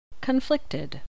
Conflicted